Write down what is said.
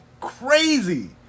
crazy